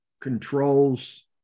controls